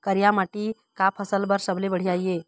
करिया माटी का फसल बर सबले बढ़िया ये?